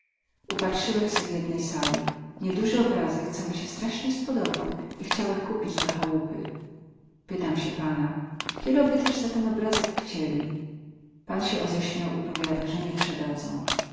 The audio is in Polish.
marnuje upatrzyłech se w jednej sali nieduzy obrazek co mi sie straśnie spodobał i chciałech kupić do chałupy pytam sie pana kielo by tyz za ten obrazek chcieli pan sie oześmiał i powiada ze nie przedadzą